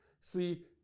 see